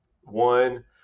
one